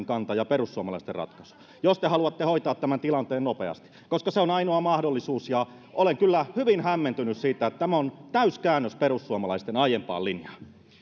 kanta ja perussuomalaisten ratkaisu jos te haluatte hoitaa tämän tilanteen nopeasti koska se on ainoa mahdollisuus olen kyllä hyvin hämmentynyt siitä tämä on täyskäännös perussuomalaisten aiempaan linjaan